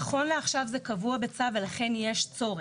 נכון לעכשיו זה קבוע בצו ולכן יש צורך.